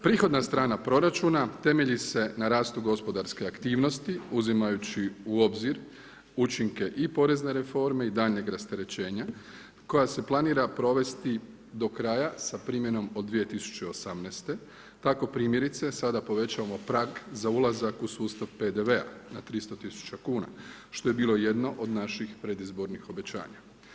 Prihodna strana proračuna, temelji se na rastu gospodarske aktivnosti, uzimajući u obzir učinke i porezne reforme i daljnjeg rasterećenja, koja se planira provesti do kraja sa primjerom do 2018. tako primjerice, sada povećavamo prag za ulazak u sustav PDV-a na 300000 kuna, što je bilo jedno od naših predizbornih obećanja.